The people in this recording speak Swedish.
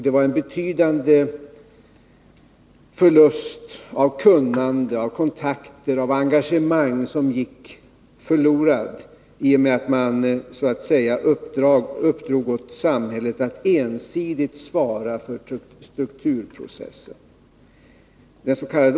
Det var en betydande mängd kunnande, kontakter och engagemang som gick förlorad i och med att man så att säga uppdrog åt samhället att ensidigt svara för strukturprocessen.